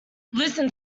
listen